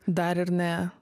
dar ir ne